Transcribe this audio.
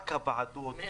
רק הוועדות,